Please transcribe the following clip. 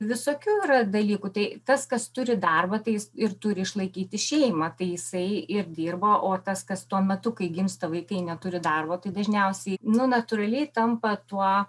visokių yra dalykų tai tas kas turi darbą tai jis ir turi išlaikyti šeimą tai jisai ir dirba o tas kas tuo metu kai gimsta vaikai neturi darbo tai dažniausiai nu natūraliai tampa tuo